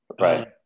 Right